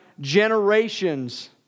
generations